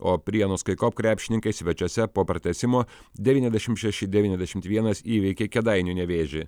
o prienų skycop krepšininkai svečiuose po pratęsimo devyniasdešim šeši devyniasdešimt vienas įveikė kėdainių nevėžį